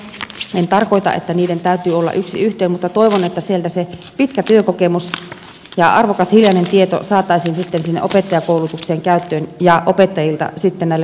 en tarkoita että niiden täytyy olla yksi yhteen mutta toivon että sieltä se pitkä työkokemus ja arvokas hiljainen tieto saataisiin sinne opettajakoulutuksen käyttöön ja opettajilta sitten näille tuleville ammattilaisille